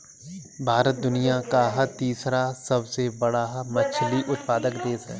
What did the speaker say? भारत दुनिया का तीसरा सबसे बड़ा मछली उत्पादक देश है